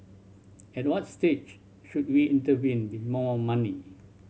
at what stage should we intervene with more money